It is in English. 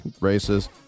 races